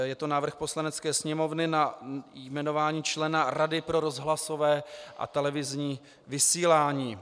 Je to Návrh Poslanecké sněmovny na jmenování člena Rady pro rozhlasové a televizní vysílání.